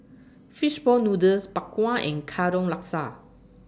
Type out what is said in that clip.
Fish Ball Noodles Bak Kwa and Katong Laksa